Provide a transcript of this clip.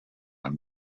and